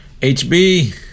HB